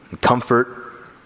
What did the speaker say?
comfort